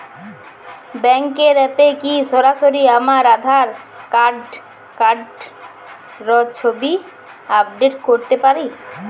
ব্যাংকের অ্যাপ এ কি সরাসরি আমার আঁধার কার্ড র ছবি আপলোড করতে পারি?